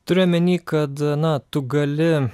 turiu omeny kad na tu gali